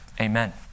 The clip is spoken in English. Amen